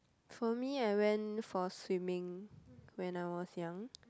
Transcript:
for me I went for swimming when I was young